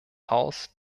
haus